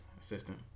assistant